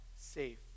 safe